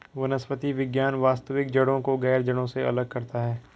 वनस्पति विज्ञान वास्तविक जड़ों को गैर जड़ों से अलग करता है